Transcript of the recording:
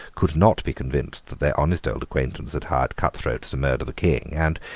could not be convinced that their honest old acquaintance had hired cutthroats to murder the king, and,